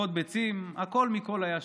זריקות ביצים, הכול מכול היה שם.